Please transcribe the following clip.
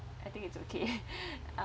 I think it's okay uh